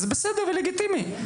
זה בסדר וזה לגיטימי,